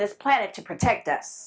this planet to protect us